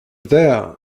there